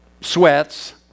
sweats